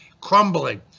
crumbling